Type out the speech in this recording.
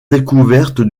découverte